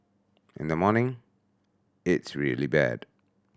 in the morning it's really bad